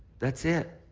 that's it.